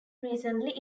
recently